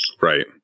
Right